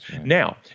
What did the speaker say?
Now